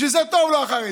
בשביל זה טובים לו החרדים.